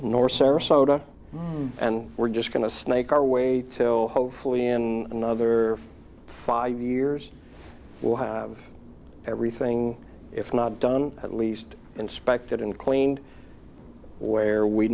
nor serve soda and we're just going to snake our way so hopefully in another five years we'll have everything if not done at least inspected and cleaned where we